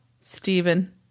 Stephen